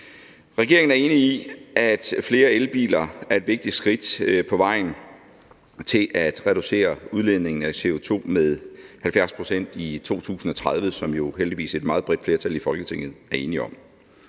Regeringen er enig i, at flere elbiler er et vigtigt skridt på vejen til at reducere udledningen af CO2 med 70 pct. i 2030, hvad et heldigvis meget bredt flertal i Folketinget jo er enige om.